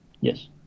Yes